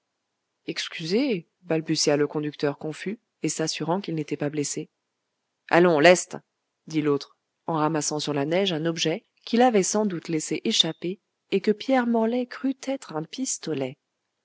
excusez balbutia le conducteur confus et s'assurant qu'il n'était pas blessé allons leste dit l'autre en ramassant sur la neige un objet qu'il avait sans doute laissé échapper et que pierre morlaix crut être un pistolet